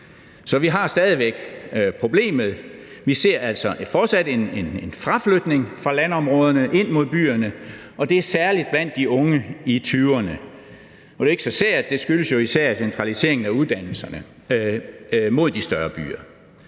Så vi har stadig væk problemet. Vi ser altså fortsat en flytning fra landområderne ind mod byerne, og det er særlig blandt de unge i 20'erne. Det er ikke så sært, for det skyldes især centraliseringen af uddannelserne i de større byer.